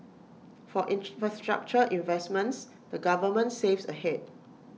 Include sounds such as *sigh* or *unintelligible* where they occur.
for *unintelligible* investments the government saves ahead